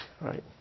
right